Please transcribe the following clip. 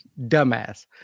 Dumbass